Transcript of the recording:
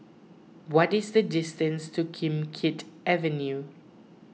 what is the distance to Kim Keat Avenue